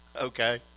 okay